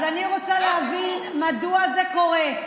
אז אני רוצה להבין מדוע זה קורה.